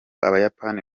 abayapani